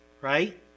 right